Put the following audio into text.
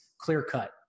clear-cut